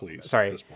sorry